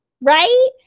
right